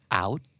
out